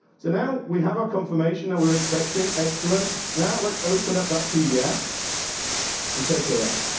so now we have our confirmation that we're expecting. excellent. now let's open up that pdf and take a look.